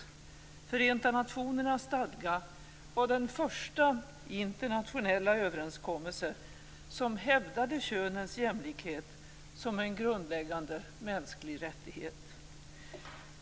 Förenta nationernas stadga var den första internationella överenskommelse som hävdade könens jämlikhet som en grundläggande mänsklig rättighet.